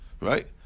right